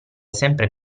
sempre